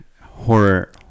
horror